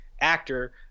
actor